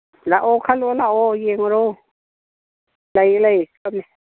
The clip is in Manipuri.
ꯂꯥꯛꯑꯣ ꯈꯜꯂꯣ ꯂꯥꯛꯑꯣ ꯌꯦꯡꯉꯔꯣ ꯂꯩꯌꯦ ꯂꯩꯌꯦ ꯐꯝꯃꯦ